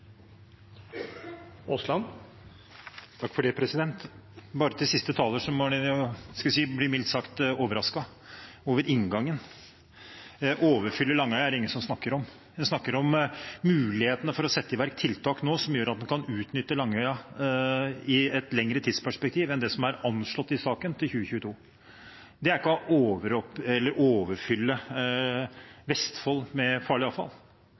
det ingen som snakker om. En snakker om mulighetene for å sette i verk tiltak nå som gjør at man kan utnytte Langøya i et lengre tidsperspektiv enn det som er anslått i saken, til 2022. Det er ikke å overfylle Vestfold med farlig avfall.